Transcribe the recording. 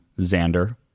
Xander